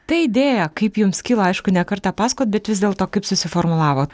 ta idėja kaip jums kilo aišku ne kartą paskojot bet vis dėlto kaip susiformulavo